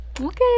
okay